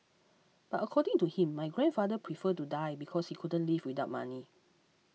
but according to him my grandfather preferred to die because he couldn't live without money